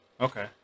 Okay